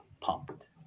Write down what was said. pumped